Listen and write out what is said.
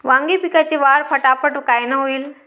वांगी पिकाची वाढ फटाफट कायनं होईल?